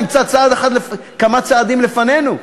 נמצא כמה צעדים לפנינו,